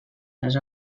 les